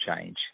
change